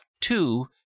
two